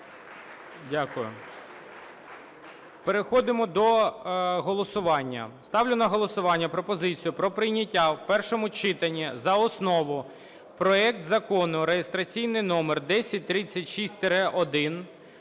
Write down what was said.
Дякую. Переходимо до голосування. Ставлю на голосування пропозицію про прийняття в першому читанні за основу проект Закону (реєстраційний номер 1036-1)